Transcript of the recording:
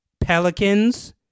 Pelicans